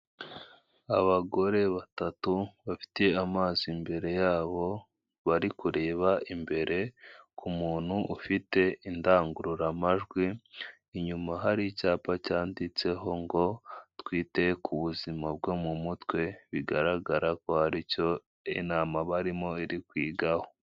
Abagore batatu bafite amazi imbere yabo, bari kureba imbere ku muntu ufite indangururamajwi, inyuma hari icyapa cyanditseho ngo "twite ku buzima bwo mu mutwe", bigaragara ko ari cyo inama barimo iri kwigaho.